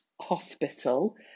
hospital